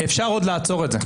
אפשר עוד לעצור את זה.